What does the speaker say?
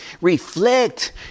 reflect